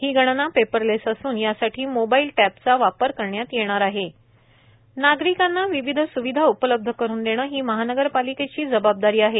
ही गणना पेपरलेस असून यासाठी मोबाईल टॅबचा वापर करण्यात येणार आहे नागरिकांना विविध सुविधा उपलब्ध करुन देणे ही महानगरपालिकेची जबाबदारी आहे